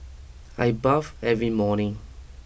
I bath every morning